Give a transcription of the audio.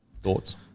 Thoughts